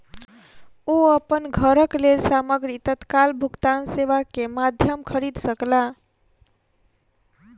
ओ अपन घरक लेल सामग्री तत्काल भुगतान सेवा के माध्यम खरीद सकला